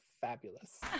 fabulous